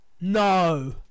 no